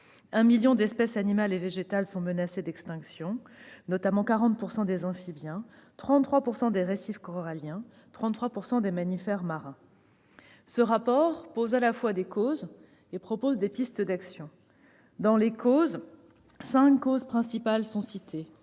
un million d'espèces animales et végétales sont menacées d'extinction, notamment 40 % des amphibiens, 33 % des récifs coralliens et 33 % des mammifères marins. Le rapport isole des causes et propose des pistes d'action. Cinq causes principales sont évoquées.